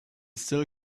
still